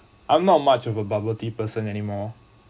I'm not much of a bubble tea person anymore